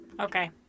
Okay